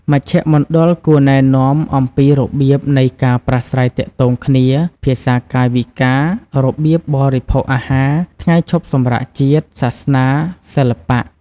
មជ្ឈមណ្ឌលគួរណែនាំអំពីរបៀបនៃការប្រាស្រ័យទាក់ទងគ្នា (ភាសាកាយវិការ) របៀបបរិភោគអាហារ ថ្ងៃឈប់សម្រាកជាតិ សាសនា សិល្បៈ។